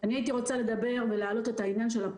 אני פותחת את הישיבה של הוועדה המיוחדת לענייני רווחה